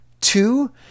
Two